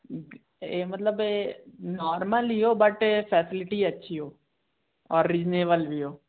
ऐ मतलब नॉर्मल ही हो बट फ़ैसिलिटी अच्छी हो और रीजनेबल भी हो